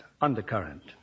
Undercurrent